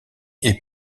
est